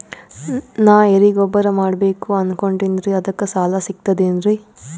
ನಾ ಎರಿಗೊಬ್ಬರ ಮಾಡಬೇಕು ಅನಕೊಂಡಿನ್ರಿ ಅದಕ ಸಾಲಾ ಸಿಗ್ತದೇನ್ರಿ?